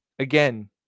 Again